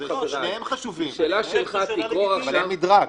שניהם חשובים, אבל אין מדרג.